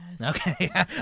Okay